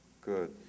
Good